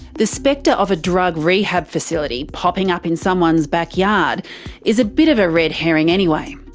the spectre of a drug rehab facility popping up in someone's back yard is a bit of a red herring anyway.